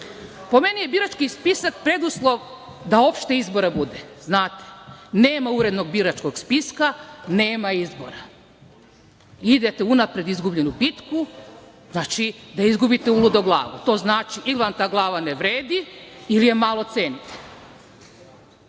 Po meni je birački spisak preduslov da opšte izbora bude, znate. Nema urednog biračkog spiska, nema izbora. Idete u unapred izgubljenu bitku, znači da izgubite uludo glavu. To znači ili vam glava ne vredi ili je malo cenite. Tek